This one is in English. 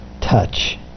touch